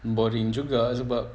boring juga sebab